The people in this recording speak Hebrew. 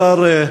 כבוד השר,